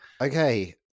Okay